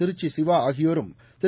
திருச்சி சிவா ஆகியோரும் திரு